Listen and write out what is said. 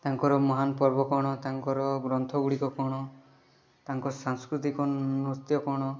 ତାଙ୍କର ମହାନ ପର୍ବ କ'ଣ ତାଙ୍କର ଗ୍ରନ୍ଥ ଗୁଡ଼ିକ କ'ଣ ତାଙ୍କ ସାଂସ୍କୁତିକ ନୃତ୍ୟ କ'ଣ